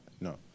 no